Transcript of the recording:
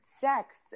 sex